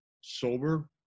sober